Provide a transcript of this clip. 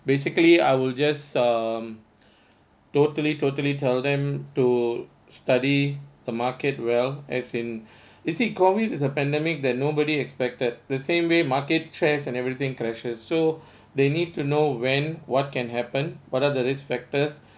basically I will just um totally totally tell them to study the market well as in you see COVID is a pandemic that nobody expected the same way market trends and everything crashes so they need to know when what can happen what are the risk factors